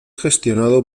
gestionado